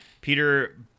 Peter